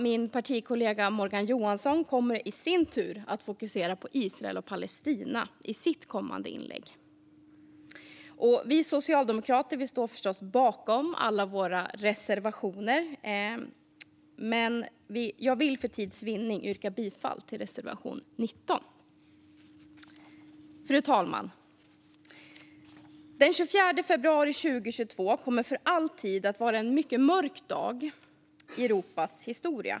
Min partikollega Morgan Johansson kommer i sin tur att fokusera på Israel och Palestina i sitt kommande inlägg. Vi socialdemokrater står förstås bakom alla våra reservationer, men jag vill för tids vinnande yrka bifall endast till reservation 19. Fru talman! Den 24 februari 2022 kommer för all tid att vara en mycket mörk dag i Europas historia.